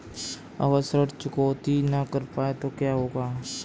अगर ऋण चुकौती न कर पाए तो क्या होगा?